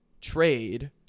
trade